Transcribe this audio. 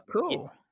cool